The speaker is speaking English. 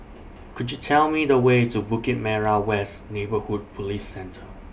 Could YOU Tell Me The Way to Bukit Merah West Neighbourhood Police Centre